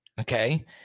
okay